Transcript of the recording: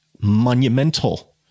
monumental